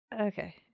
okay